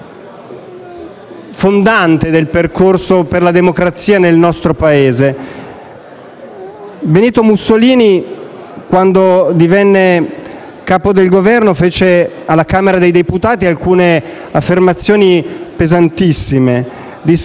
fondante del percorso per la democrazia nel nostro Paese. Benito Mussolini quando divenne capo del Governo fece alla Camera dei deputati alcune affermazioni pesantissime; disse: